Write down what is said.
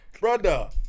Brother